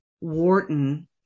Wharton –